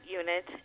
unit